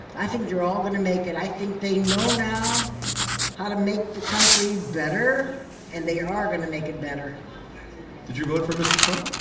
i think they're all gonna make it. i think they know now how to make the country better and they are gonna make it better did you vote for mr. trump?